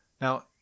Now